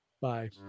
Bye